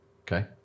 okay